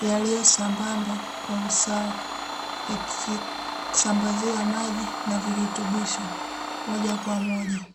yaliyosambamba kwa usawa, yakisambaziwa maji na virutubisho moja kwa moja.